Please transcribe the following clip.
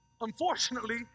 Unfortunately